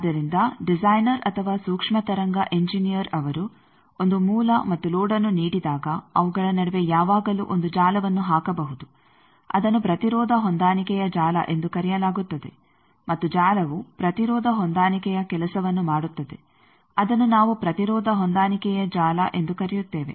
ಆದ್ದರಿಂದ ಡಿಸೈನರ್ ಅಥವಾ ಸೂಕ್ಷ್ಮ ತರಂಗ ಇಂಜಿನಿಯರ್ ಅವರು ಒಂದು ಮೂಲ ಮತ್ತು ಲೋಡ್ಅನ್ನು ನೀಡಿದಾಗ ಅವುಗಳ ನಡುವೆ ಯಾವಾಗಲೂ ಒಂದು ಜಾಲವನ್ನು ಹಾಕಬಹುದು ಅದನ್ನು ಪ್ರತಿರೋಧ ಹೊಂದಾಣಿಕೆಯ ಜಾಲ ಎಂದು ಕರೆಯಲಾಗುತ್ತದೆ ಮತ್ತು ಜಾಲವು ಪ್ರತಿರೋಧ ಹೊಂದಾಣಿಕೆಯ ಕೆಲಸವನ್ನು ಮಾಡುತ್ತದೆ ಅದನ್ನು ನಾವು ಪ್ರತಿರೋಧ ಹೊಂದಾಣಿಕೆಯ ಜಾಲ ಎಂದು ಕರೆಯುತ್ತೇವೆ